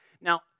Now